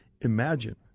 imagine